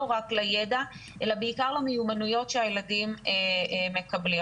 רק לידע אלא בעיקר למיומנויות שהילדים מקבלים.